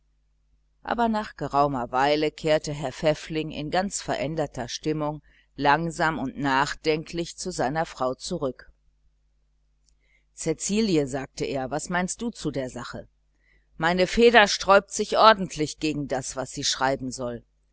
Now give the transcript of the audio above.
aber nach geraumer weile kehrte herr pfäffling in ganz veränderter stimmung langsam und nachdenklich zu seiner frau zurück cäcilie sagte er was meinst du zu der sache meine feder sträubt sich ordentlich gegen das was sie schreiben soll